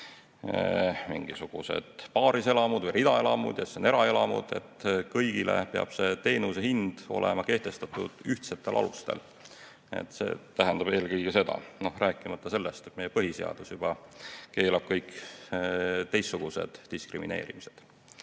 mingisugused paariselamud või ridaelamud ja siis on eraelamud, et kõigile peab see teenuse hind olema kehtestatud ühtsetel alustel. See tähendab eelkõige seda, rääkimata sellest, et meie põhiseadus juba keelab kõik teistsugused diskrimineerimised.